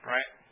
Right